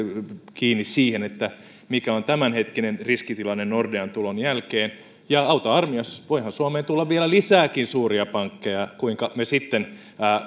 kiinni siihen mikä on tämänhetkinen riskitilanne nordean tulon jälkeen ja auta armias voihan suomeen tulla vielä lisääkin suuria pankkeja kuinka me sitten